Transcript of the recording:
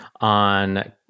on